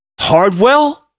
Hardwell